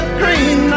green